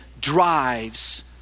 drives